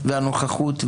והנוכחות,